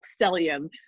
stellium